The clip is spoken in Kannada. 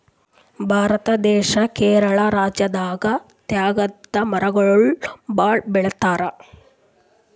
ಭಾರತ ದೇಶ್ ಕೇರಳ ರಾಜ್ಯದಾಗ್ ತೇಗದ್ ಮರಗೊಳ್ ಭಾಳ್ ಬೆಳಿತಾರ್